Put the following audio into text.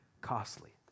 costly